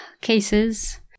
cases